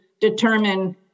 determine